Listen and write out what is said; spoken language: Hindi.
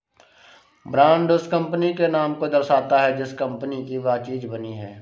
ब्रांड उस कंपनी के नाम को दर्शाता है जिस कंपनी की वह चीज बनी है